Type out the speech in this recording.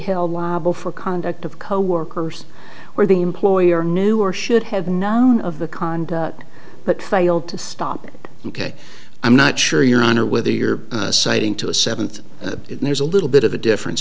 held liable for conduct of coworkers where the employer knew or should have known of the cond but failed to stop it ok i'm not sure your honor whether you're citing to a seventh there's a little bit of a difference